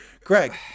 Greg